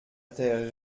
terre